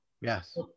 yes